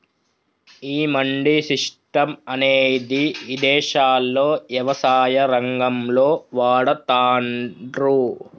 ఈ మండీ సిస్టం అనేది ఇదేశాల్లో యవసాయ రంగంలో వాడతాన్రు